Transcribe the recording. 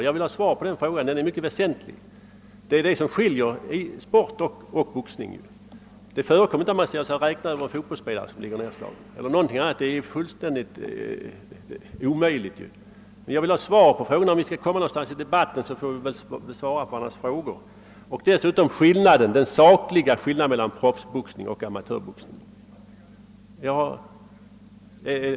Jag vill ha svar på denna fråga ty den är mycket väsentlig eftersom det ju är detta som skiljer sport från boxning. Man räknar ju inte över exempelvis en fotbollsspelare som ligger nedslagen; det är helt omöjligt. Om vi skall komma någonstans i debatten måste vi väl svara på varandras frågor. Dessutom vill jag veta den sakliga skillnaden mellan amatöroch proffsboxning.